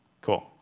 Cool